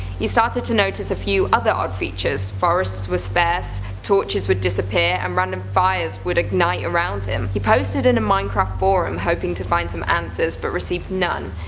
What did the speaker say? he started to notice a few other odd features. forests were sparse, torches would disappear and random fires would ignite around him. he posted in a minecraft forum hoping to find some answers but recieved none,